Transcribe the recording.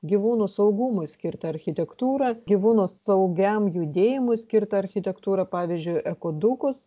gyvūnų saugumui skirtą architektūrą gyvūno saugiam judėjimui skirtą architektūrą pavyzdžiui ekodukus